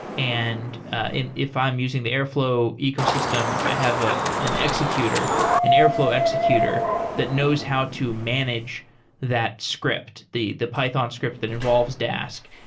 and if i'm using the airflow ecosystem, i have a an executor, and airflow executor, that knows how to manage that script, the the python script that involves dask.